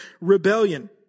rebellion